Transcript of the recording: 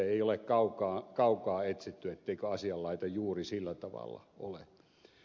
ei ole kaukaa etsitty etteikö asian laita juuri sillä tavalla ole